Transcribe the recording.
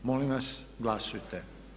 Molim vas glasujte.